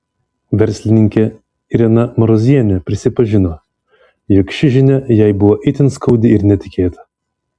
verslininkė irena marozienė prisipažino jog ši žinia jai buvo itin skaudi ir netikėta